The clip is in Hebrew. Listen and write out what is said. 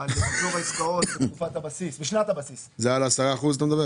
על מחזור העסקאות בשנת הבסיס --- אתה מדבר על 10%?